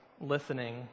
listening